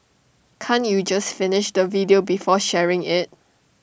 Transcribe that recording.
can't you just finish the video before sharing IT